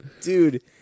dude